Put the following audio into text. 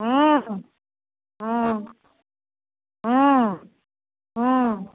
हूँ हूँ हूँ हूँ